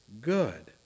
good